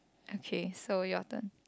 okay so your turn